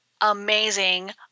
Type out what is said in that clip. amazing